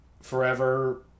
forever